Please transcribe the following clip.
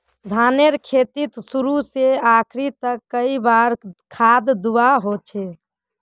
धानेर खेतीत शुरू से आखरी तक कई बार खाद दुबा होचए?